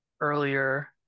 earlier